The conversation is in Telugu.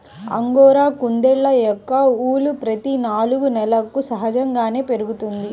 అంగోరా కుందేళ్ళ యొక్క ఊలు ప్రతి నాలుగు నెలలకు సహజంగానే పెరుగుతుంది